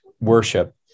worship